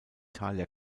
thalia